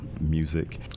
music